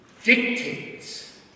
dictates